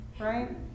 right